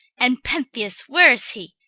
and pentheus, where is he,